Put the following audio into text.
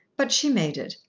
but she made it.